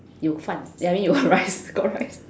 有饭 ya I mean 有 rice got rice